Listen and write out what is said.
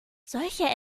solche